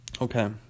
Okay